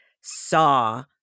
saw